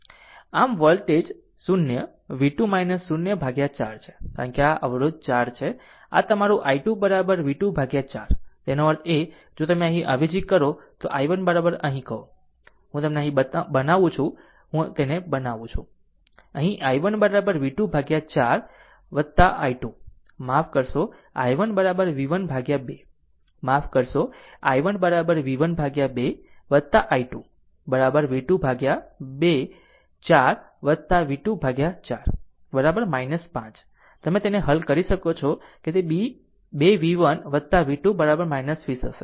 આમ voltage 0 v2 0 by 4 છે કારણ કે આ અવરોધ 4 છે આમ તમારું i2 v2 by 4 તેનો અર્થ એ કે જો તમે અહીં અવેજી કરો i1 અહીં કહો અહીં હું તેને બનાવું છું હું તેને બનાવું છું અહીં i1 v2 by 4 i2 માફ કરશો i1 v1 by 2 માફ કરશો i1 v1 by 2 i2 v2 by 4 v2 by 4 5 તમે તેને હલ કરી શકો છો કે તે 2 v1 v2 20 હશે